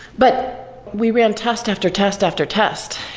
but we ran test after test after test.